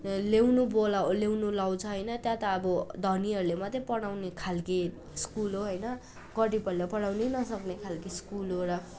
ल्याउनु बोलाउ ल्याउनु लाउँछ होइन त्यहाँ त अब धनीहरूले मात्रै पढाउने खाले स्कुल हो होइन गरिबहरूले पढाउनै नसक्ने खाले स्कुल हो र